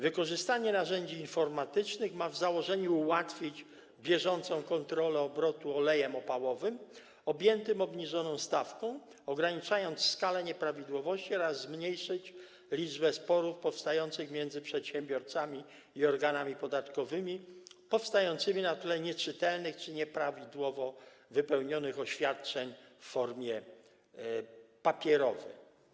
Wykorzystanie narzędzi informatycznych ma w założeniu ułatwić bieżącą kontrolę obrotu olejem opałowym objętym obniżoną stawką, ograniczając skalę nieprawidłowości, oraz zmniejszyć liczbę sporów powstających między przedsiębiorcami i organami podatkowymi na tle nieczytelnych czy nieprawidłowo wypełnionych oświadczeń w formie papierowej.